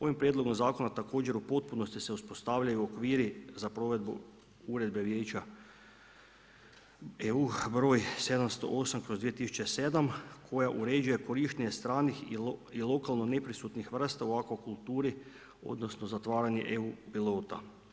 Ovim prijedlogom zakona, također u potpunosti se uspostavljaju okviri za provedu Uredbe Vijeća EU, br. 708/2007 koja uređuje korištenje stranih i lokalnih neprisutnih vrsta u akvakulturu, odnosno, zatvaranje EU pilota.